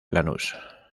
lanús